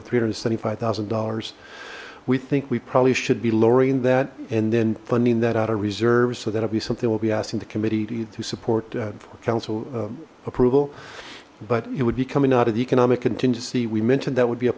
of three hundred and seventy five thousand dollars we think we probably should be lowering that and then funding that out of reserves so that'll be something we'll be asking the committee to support council approval but it would be coming out of the economic contingency we mentioned that would be a